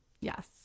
Yes